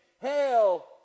Hail